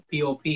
POP